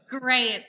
great